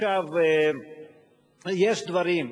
יש דברים,